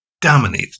dominate